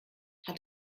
hat